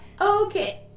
Okay